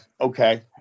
Okay